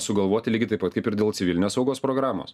sugalvoti lygiai taip pat kaip ir dėl civilinės saugos programos